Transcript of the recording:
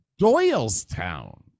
Doylestown